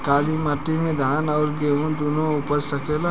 काली माटी मे धान और गेंहू दुनो उपज सकेला?